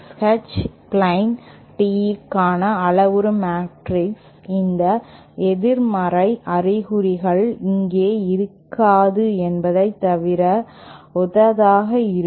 H plane Teeக்கான அளவுரு matrix இந்த எதிர்மறை அறிகுறிகள் இங்கே இருக்காது என்பதைத் தவிர ஒத்ததாக இருக்கும்